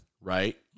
right